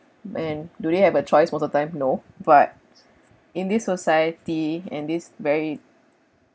and do they have a choice most of time no but in this society and this very